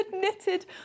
knitted